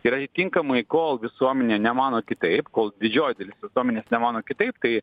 ir atitinkamai kol visuomenė nemano kitaip kol didžioji dalis visuomenės nemano kitaip tai